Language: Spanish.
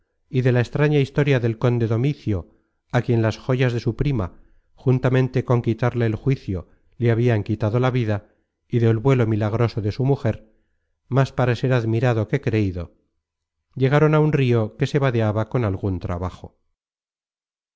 y de la extraña historia del conde domicio á quien las joyas de su prima juntamente con quitarle el juicio le habian quitado la vida y del vuelo milagroso de su mujer más para ser admirado que creido llegaron á un rio que se vadeaba con algun trabajo